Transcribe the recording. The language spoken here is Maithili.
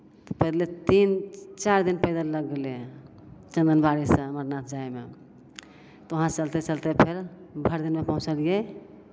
पैदले तीन चारि दिन पैदल लागि गेलै चंदनबाड़ीसँ अमरनाथ जायमे तऽ वहाँसँ चलिते चलिते फेर भरि दिने पहुँचलियै